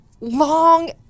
long